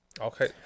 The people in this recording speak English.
Okay